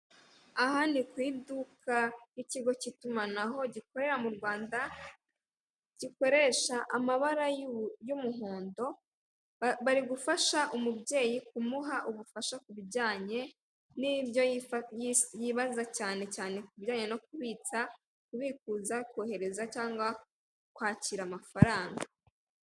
Aha ni ku iduka ry'ikigo cy'itumanaho, jyikorera mu Rwanda gikoresha amabara y'umuhondo, barigufasha umubyeyi kumuha ubufasha kubijyanye nibyo yibaza cyane cyanye ku ibijyanye no kubitsa, kubikuza, kohereza cyangwa kubikuza amafaranga.